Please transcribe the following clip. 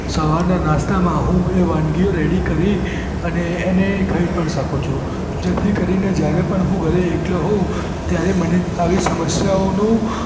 સવારના નાસ્તામાં હું એ વાનગીઓ રૅડી કરી અને એને ખાઈ પણ શકું છું જેથી કરીને જયારે પણ હું ઘરે એકલો હોઉં ત્યારે મને આવી સમસ્યાઓનો